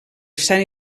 sant